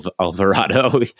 Alvarado